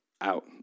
out